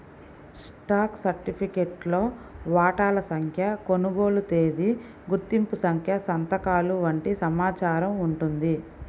stock సర్టిఫికేట్లో వాటాల సంఖ్య, కొనుగోలు తేదీ, గుర్తింపు సంఖ్య సంతకాలు వంటి సమాచారం ఉంటుంది